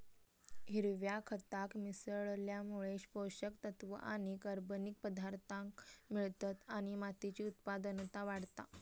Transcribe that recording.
हिरव्या खताक मिसळल्यामुळे पोषक तत्त्व आणि कर्बनिक पदार्थांक मिळतत आणि मातीची उत्पादनता वाढता